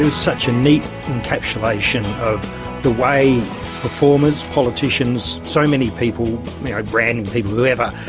and such a neat encapsulation of the way performers, politicians, so many people, branding people, whoever,